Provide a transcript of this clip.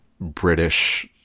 british